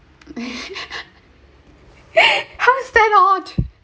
how is that odd